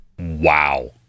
wow